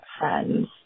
friends